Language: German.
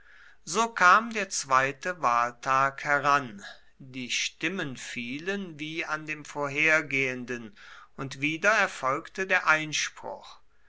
so kam der zweite wahltag heran die stimmen fielen wie an dem vorhergehenden und wieder erfolgte der einspruch